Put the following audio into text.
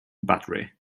battery